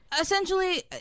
essentially